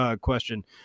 question